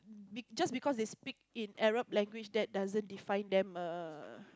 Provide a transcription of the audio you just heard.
be just because they speak in Arab language that doesn't define them err